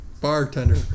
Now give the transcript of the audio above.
Bartender